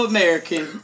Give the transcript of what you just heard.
American